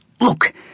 Look